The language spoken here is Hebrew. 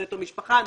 נטו משפחה,